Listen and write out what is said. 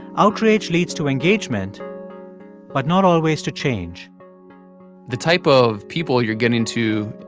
outrage leads to engagement but not always to change the type of people you're getting to,